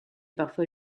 parfois